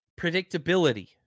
predictability